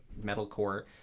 metalcore